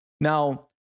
now